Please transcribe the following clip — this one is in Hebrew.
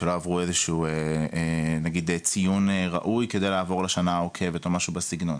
שלא עברו איזשהו ציון ראוי כדי לעבור לשנה העוקבת או משהו בסגנון.